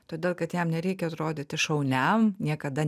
todėl kad jam nereikia atrodyti šauniam niekada